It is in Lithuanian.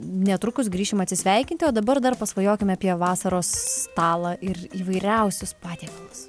netrukus grįšim atsisveikinti o dabar dar pasvajokime apie vasaros stalą ir įvairiausius patiekalus